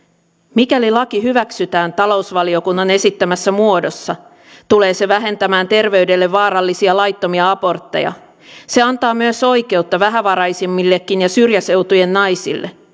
mikäli laki hyväksytään talousvaliokunnan esittämässä muodossa tulee se vähentämään terveydelle vaarallisia laittomia abortteja se antaa myös oikeutta vähävaraisimmillekin ja syrjäseutujen naisille